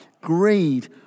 greed